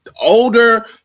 older